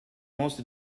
most